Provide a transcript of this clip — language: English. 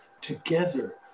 together